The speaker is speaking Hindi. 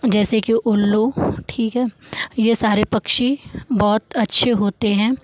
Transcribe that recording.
जैसे कि उल्लू ठीक है ये सारे पक्षी बहुत अच्छे होते हैं